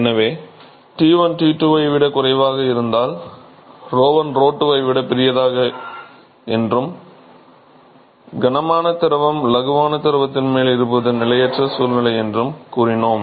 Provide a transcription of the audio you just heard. எனவே T1 T2 ஐ விட குறைவாக இருந்தால்𝞺1 𝞺2 ஐ விட பெரியது என்றும் எனவே கனமான திரவம் இலகுவான திரவத்தின் மேல் இருப்பது நிலையற்ற சூழ்நிலை என்றும் கூறினோம்